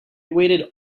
waited